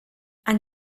and